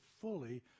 fully